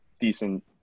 decent